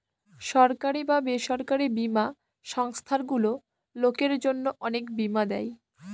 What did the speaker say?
সরকারি বা বেসরকারি বীমা সংস্থারগুলো লোকের জন্য অনেক বীমা দেয়